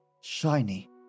shiny